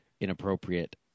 inappropriate